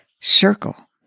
circle